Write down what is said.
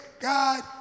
God